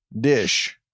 Dish